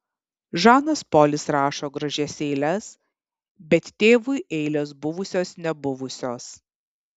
žanas polis rašo gražias eiles bet tėvui eilės buvusios nebuvusios